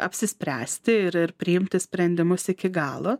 apsispręsti ir ir priimti sprendimus iki galo